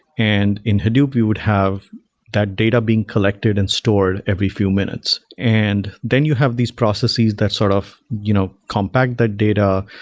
and in hadoop we would have that data being collected and stored every few minutes. and then you have these processes that sort of you know compact that data.